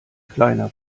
kleiner